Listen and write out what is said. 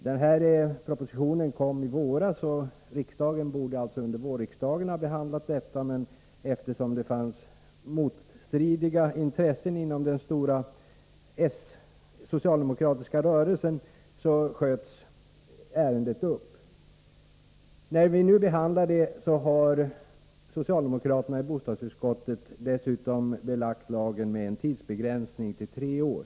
Den här propositionen kom i våras, och riksdagen borde alltså ha behandlat den under våren, men eftersom det fanns motstridiga intressen inom den stora socialdemokratiska rörelsen sköts ärendet upp. När vi nu behandlar det har socialdemokraterna i bostadsutskottet dessutom belagt lagen med en tidsbegränsning till tre år.